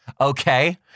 Okay